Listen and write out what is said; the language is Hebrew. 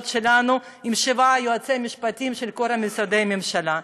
שלנו עם שבעה יועצים משפטיים של משרדי הממשלה.